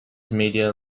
media